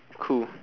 cool